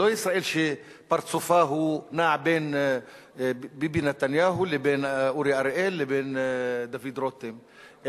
לא ישראל שפרצופה נע בין ביבי נתניהו לבין אורי אריאל לבין דוד רותם,